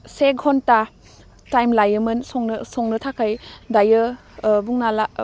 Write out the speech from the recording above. से धन्टा थाइम लायोमोन संनो संनो थाखाय दायो ओह बुंनाला